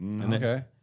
Okay